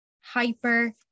hyper